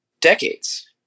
decades